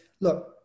look